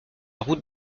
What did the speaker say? route